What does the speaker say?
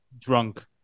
drunk